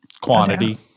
Quantity